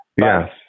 Yes